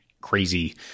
crazy